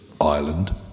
island